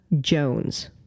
Jones